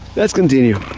let's continue.